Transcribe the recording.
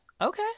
okay